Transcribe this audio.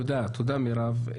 תודה, מירב.